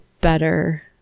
better